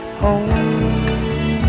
home